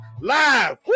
live